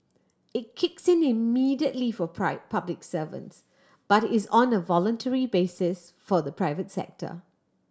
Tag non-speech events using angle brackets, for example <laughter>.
it kicks in immediately for <unintelligible> public servants but is on the voluntary basis for the private sector